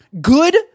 good